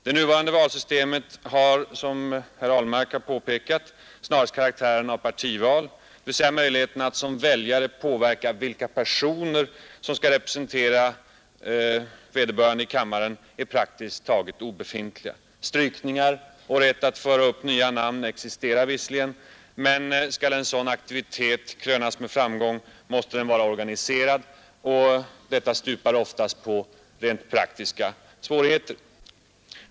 Det nuvarande valsystemet har, som herr Ahlmark har påpekat, snarast karaktären av partival, dvs. möjligheterna att som väljare påverka vilka personer som skall representera vederbörande i kammaren är praktiskt taget obefintliga. Strykningar och rätt att föra upp nya namn existerar visserligen, men skall en sådan aktivitet krönas med framgång måste den vara organiserad, och detta stupar oftast på praktiska svårigheter.